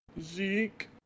Zeke